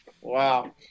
Wow